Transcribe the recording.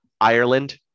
Ireland